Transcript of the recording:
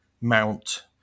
Mount